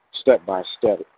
step-by-step